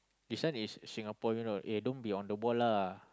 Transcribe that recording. this one is Singapore you know eh don't be on the ball lah